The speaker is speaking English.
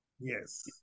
Yes